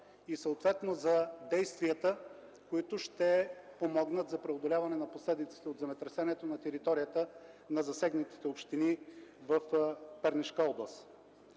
и съответно за действията, които ще помогнат за преодоляване на последиците от земетресението на територията на засегнатите общини в Пернишка област.